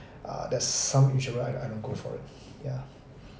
uh there's some insurer I don't I don't go for it ya